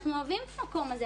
אנחנו אוהבים את המקום הזה,